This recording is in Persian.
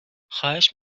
خواهش